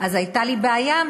הייתה לי בעיה,